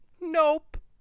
Nope